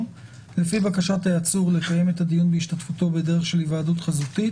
"לפי בקשת העצור לקיים את הדיון בהשתתפותו בדרך של היוועדות חזותית